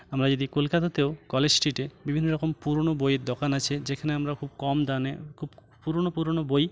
আমরা যদি কলকাতাতেও কলেজ স্ট্রিটে বিভিন্ন রকম পুরোনো বইয়ের দোকান আছে যেখানে আমরা খুব কম দামে খুব পুরোনো পুরোনো বই